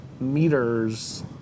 Meters